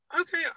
okay